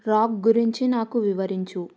rock గురించి నాకు వివరించు